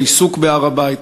שהעיסוק בהר-הבית,